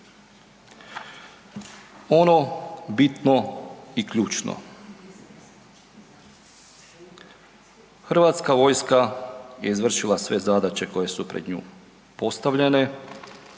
Ono bitno i ključno, Hrvatska vojska je izvršila sve zadaće koje su pred nju postavljene,